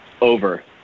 over